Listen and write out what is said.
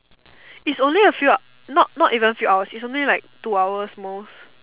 is only a few not not even few hours is only like two hours most